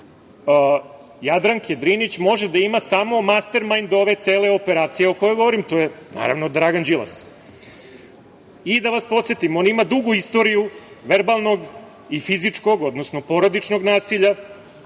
Jadranke Drinić može da ima samo master majnd ove cele operacije o kojoj govorim, a to je, naravno, Dragan Đilas. Da vas podsetim, on ima dugu istoriju verbalnog i fizičkog, odnosno porodičnog nasilja.O